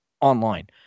online